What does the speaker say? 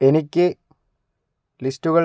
എനിക്ക് ലിസ്റ്റുകൾ തരൂ